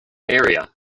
area